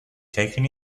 taken